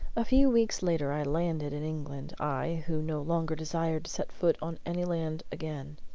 a few weeks later i landed in england, i, who no longer desired to set foot on any land again.